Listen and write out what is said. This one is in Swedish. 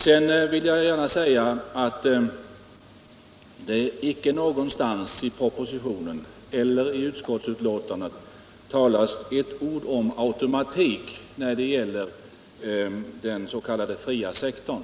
Det talas icke någonstans i propositionen eller i utskottsbetänkandet ett ord om automatik när det gäller den fria sektorn.